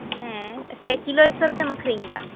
ᱦᱮᱸ ᱥᱮ ᱠᱤᱞᱳ ᱦᱤᱥᱟᱹᱵ ᱛᱮᱢ ᱟᱠᱷᱨᱤᱧ ᱮᱫᱟ